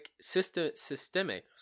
systemic